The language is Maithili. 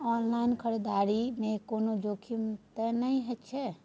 ऑनलाइन खरीददारी में कोनो जोखिम त नय छै?